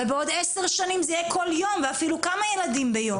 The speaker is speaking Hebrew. ובעוד עשר שנים זה יהיה כל יום ואפילו כמה ילדים ביום.